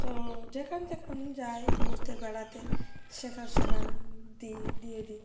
তো যেখানে যেখানে যাই ঘুরতে বেড়াতে সেখানে সেখানে দিই দিয়ে দিই